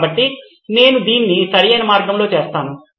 కాబట్టి నేను దీన్ని సరైన మార్గంలో చేస్తాను